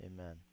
Amen